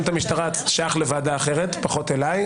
את המשטרה שייך לוועדה אחרת פחות אליי,